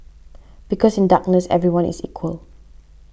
because in darkness everyone is equal